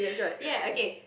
ya okay